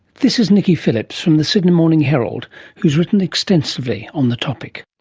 this is nicky phillips from the sydney morning herald who's written extensively on the topic.